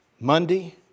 Monday